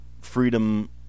Freedom